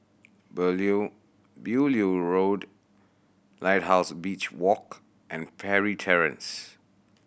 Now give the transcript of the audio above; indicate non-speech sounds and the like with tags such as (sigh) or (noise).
(unintelligible) Beaulieu Road Lighthouse Beach Walk and Parry Terrace